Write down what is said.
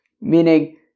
Meaning